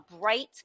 bright